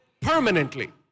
Permanently